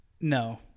no